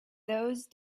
those